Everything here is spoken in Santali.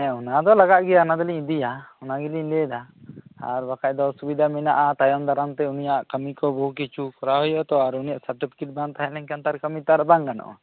ᱦᱮᱸ ᱚᱱᱟ ᱫᱚ ᱞᱟᱜᱟᱜ ᱜᱮᱭᱟ ᱚᱱᱟ ᱫᱚᱞᱤᱧ ᱤᱫᱤᱭᱟ ᱚᱱᱟ ᱜᱮᱞᱤᱧ ᱞᱟᱹᱭᱮᱫᱟ ᱟᱨ ᱵᱟᱠᱷᱟᱡ ᱫᱚ ᱚᱥᱩᱵᱤᱫᱟ ᱢᱮᱱᱟᱜᱼᱟ ᱛᱟᱭᱚᱢ ᱫᱟᱨᱟᱢ ᱛᱮ ᱩᱱᱤᱭᱟᱜ ᱠᱟᱹᱢᱤ ᱠᱚ ᱵᱩᱦᱩ ᱠᱤᱪᱷᱩ ᱠᱚᱨᱟᱣ ᱦᱩᱭᱩᱜ ᱟᱛᱚ ᱟᱨ ᱩᱱᱤᱭᱟᱜ ᱥᱟᱨᱴᱤᱯᱷᱤᱠᱮᱴ ᱵᱟᱝ ᱛᱟᱦᱮᱸᱞᱮᱱ ᱠᱷᱟᱱ ᱛᱚ ᱠᱟᱹᱢᱤ ᱛᱚ ᱟᱨ ᱵᱟᱝ ᱜᱟᱱᱚᱜᱼᱟ